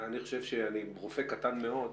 אני חושב שאני רופא קטן מאוד,